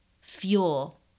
fuel